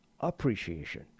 appreciation